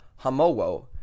Hamowo